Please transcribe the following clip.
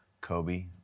Kobe